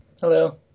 Hello